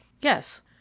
Yes